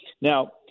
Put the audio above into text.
now